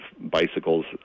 bicycles